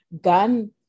gun